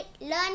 learning